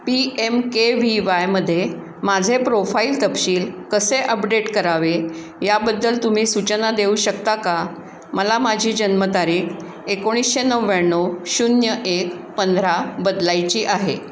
P M K V वायमध्ये माझे profile तपशील कसे अपडेट करावे याबद्दल तुम्ही सूचना देऊ शकता का मला माझी जन्मतारीख एकोणीसशे नव्याण्णव शून्य एक पंधरा बदलायची आहे